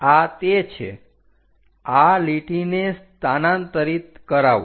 આ તે છે આ લીટીને સ્થાનાંતરિત કરાવો